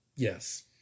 Yes